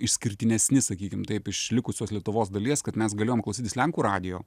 išskirtinesni sakykim taip iš likusios lietuvos dalies kad mes galėjom klausytis lenkų radijo